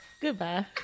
goodbye